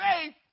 faith